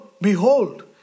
behold